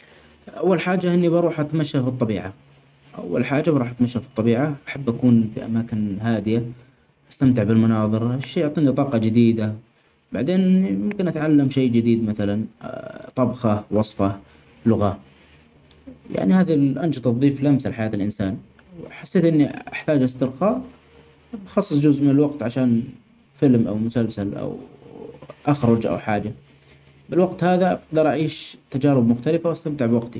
أول حاجة إني بروح أتمشي في الطبيعة -أول حاجه بروح أتمشي في الطبيعة ،أحب أكون في أماكن هادئه ،أستمتع بالمناظر ها الشئ يعطيني طاقة جديدة .بعدين يي-يمكن أتعلم شئ جديد مثلا طبخه ،وصفة ، لغة يعني هذه الانشطة تضيف لمسه لحياة الانسان، وأحس إني أحتاج إسترخاء بخصص جزء من الوقت عشان فيلم أو مسلسل أو أخرج أو حاجة بالوقت هدا أجدر أعيش تجارب مختلفة وأستمتع بوقتي.